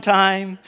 time